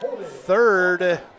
third